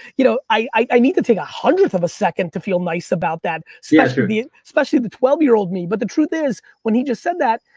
you know i need to take a hundredth of a second to feel nice about that, so and especially the twelve year old me. but the truth is, when he just said that,